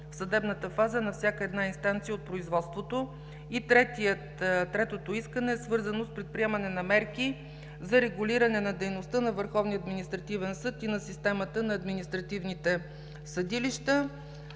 Върховния административен съд и на системата на административните съдилища.